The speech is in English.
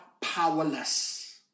powerless